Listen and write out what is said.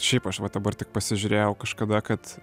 šiaip aš va dabar tik pasižiūrėjau kažkada kad